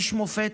איש מופת,